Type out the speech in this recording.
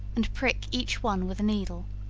and prick each one with a needle,